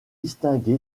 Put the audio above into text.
distingué